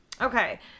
Okay